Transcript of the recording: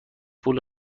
پول